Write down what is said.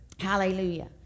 Hallelujah